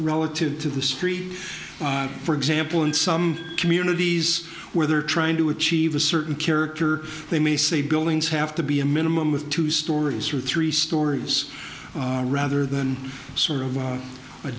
relative to the street for example in some communities where they're trying to achieve a certain character they may say buildings have to be a minimum of two stories or three stories rather than sort of